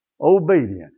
obedience